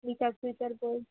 બીજા future goal